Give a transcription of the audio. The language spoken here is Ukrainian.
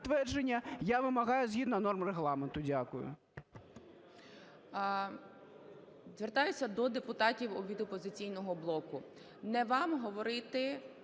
я вимагаю згідно норм Регламенту. Дякую.